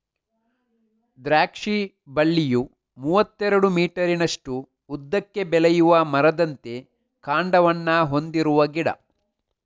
ದ್ರಾಕ್ಷಿ ಬಳ್ಳಿಯು ಮೂವತ್ತೆರಡು ಮೀಟರಿನಷ್ಟು ಉದ್ದಕ್ಕೆ ಬೆಳೆಯುವ ಮರದಂತೆ ಕಾಂಡವನ್ನ ಹೊಂದಿರುವ ಗಿಡ